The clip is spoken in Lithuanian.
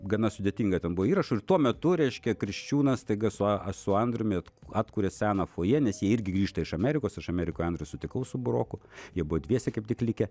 gana sudėtinga ten buvo įrašų ir tuo metu reiškia kriščiūnas staiga su an su andriumi atkuria seną fojė nes jie ir grįžta iš amerikos aš amerikoje andrių sutikau su buroku jie buvo dviese kaip tik likę